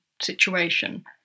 situation